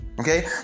Okay